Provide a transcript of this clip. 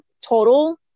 total